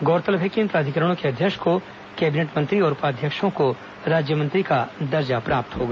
गौरतलब है कि इन प्राधिकरणों के अध्यक्ष को कैबिनेट मंत्री और उपाध्यक्षों को राज्य मंत्री का दर्जा प्राप्त होगा